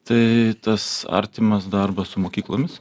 tai tas artimas darbas su mokyklomis